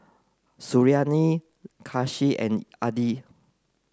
Suriani Kasih and Aidil